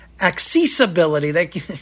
Accessibility